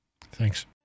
thanks